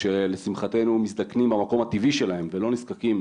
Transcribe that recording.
שלשמחתנו מזדקנים במקום הטבעי שלהם ולא נזקקים